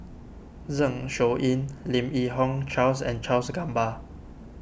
Zeng Shouyin Lim Yi Yong Charles and Charles Gamba